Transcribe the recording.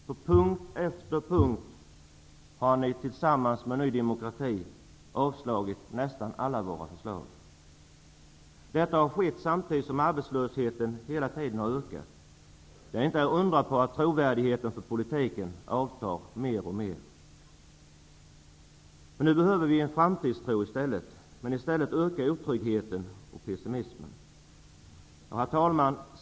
På punkt efter punkt har den tillsammans med Ny demokrati avslagit nästan alla våra förslag. Detta har skett samtidigt som arbetslösheten hela tiden ökat. Det är inte att undra på att trovärdigheten för politiken avtar mer och mer. Nu behöver vi framtidstro, men i stället ökar otryggheten och pessimismen. Herr talman!